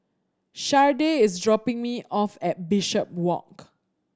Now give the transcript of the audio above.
Shardae is dropping me off at Bishopswalk